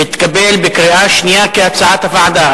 התקבל בקריאה שנייה כהצעת הוועדה.